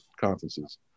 conferences